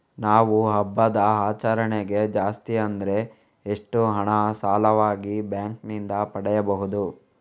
ನಾವು ಹಬ್ಬದ ಆಚರಣೆಗೆ ಜಾಸ್ತಿ ಅಂದ್ರೆ ಎಷ್ಟು ಹಣ ಸಾಲವಾಗಿ ಬ್ಯಾಂಕ್ ನಿಂದ ಪಡೆಯಬಹುದು?